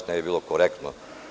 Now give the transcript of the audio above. To ne bi bilo korektno.